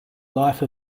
life